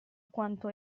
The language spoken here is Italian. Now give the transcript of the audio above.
quanto